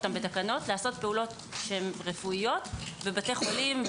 בתקנות לעשות פעולות רפואית בבתי חולים,